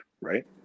right